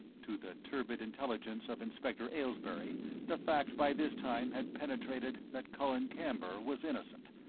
to the turbid intelligence of inspector aylesbury the fact by this time had penetrated that colin camber was innocent,